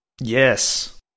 Yes